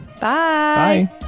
Bye